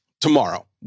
tomorrow